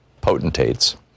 potentates